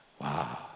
Wow